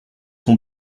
son